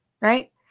Right